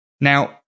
Now